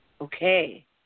okay